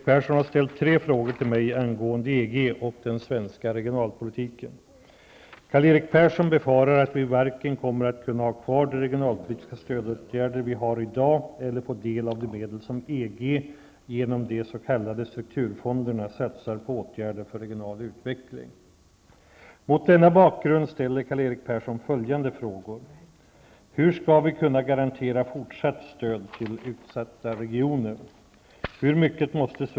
Herr talman! Karl-Erik Persson har ställt tre frågor till mig angående EG och den svenska regionalpolitiken. Karl-Erik Persson befarar att vi varken kommer att kunna ha kvar de regionalpolitiska stödåtgärder vi har i dag eller få del av de medel som EG, genom de s.k. strukturfonderna, satsar på åtgärder för regional utveckling. Mot denna bakgrund ställer Karl-Erik Persson följande frågor: Hur skall vi kunna garantera fortsatt stöd till utsatta regioner?